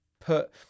put